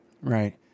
right